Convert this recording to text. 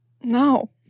No